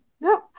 no